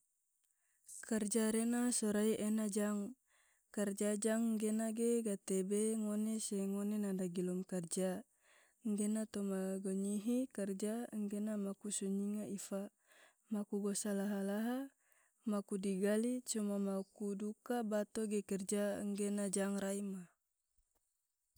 karja rena sorai ena jang. karja jang gena ge gate be ngone se ngone na dagilom karja gena toma gonyihi karja angena maku sonyinga ifa, maaku gosa laha-laha, maku digali coma mauku duka bato ge kerja angena jang rai ma.